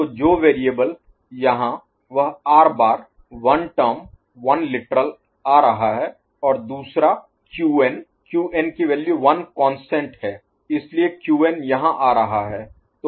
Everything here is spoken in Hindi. तो जो वेरिएबल यहां वह R bar one term one literal आ रहा है और दूसरा क्यूएन क्यूएन की वैल्यू 1 कांस्टेंट है इसलिए क्यूएन यहाँ आ रहा है